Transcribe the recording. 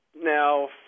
now